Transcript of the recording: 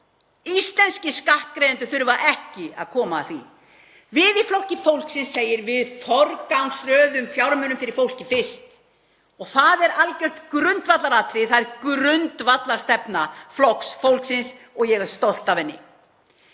Íslenskir skattgreiðendur þurfa ekki að koma að því. Við í Flokki fólksins segjum: Við forgangsröðum fjármunum fyrir fólkið fyrst. Það er algjört grundvallaratriði. Það er grundvallarstefna Flokks fólksins og ég er stolt af henni.